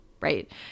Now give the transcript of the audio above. right